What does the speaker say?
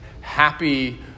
happy